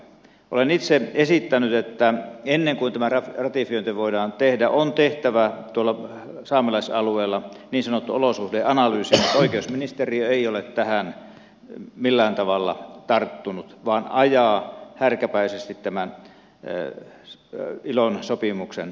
olen itse esittänyt että ennen kuin tämä ratifiointi voidaan tehdä on tehtävä tuolla saamelaisalueella niin sanottu olosuhdeanalyysi mutta oikeusministeriö ei ole tähän millään tavalla tarttunut vaan ajaa härkäpäisesti tämän ilon sopimuksen ratifiointia